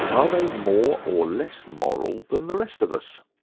are they more or less moral than the rest of us?